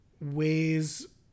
ways